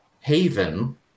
haven